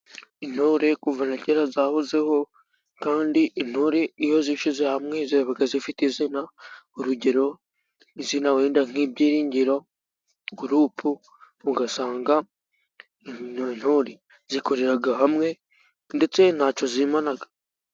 Intore kuva na kera zahozeho kandi intore iyo zishyize hamwe zivuga zifite izina. Urugero izina wenda nk'ibyiringiro gurupu, ugasanga intore zikorera hamwe ndetse ntacyo zimana.